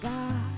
God